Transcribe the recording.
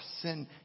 sin